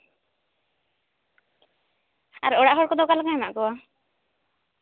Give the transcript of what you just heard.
ᱟᱨ ᱚᱲᱟᱜ ᱦᱚᱲ ᱠᱚᱫᱚ ᱚᱠᱟᱞᱮᱠᱟ ᱦᱮᱱᱟᱜ ᱠᱚᱣᱟ